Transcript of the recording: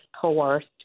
coerced